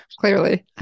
clearly